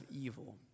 evil